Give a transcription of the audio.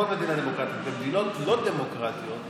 במדינות לא דמוקרטיות,